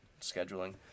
scheduling